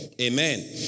Amen